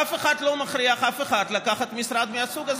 אף אחד לא מכריח אף אחד לקחת משרד מהסוג הזה.